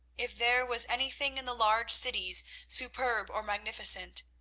if there was anything in the large cities superb or magnificent,